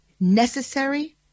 necessary